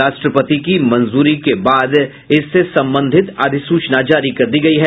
राष्ट्रपति की मंजूरी के बाद इससे संबंधित अधिसूचना जारी कर दी है